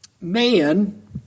man